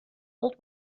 old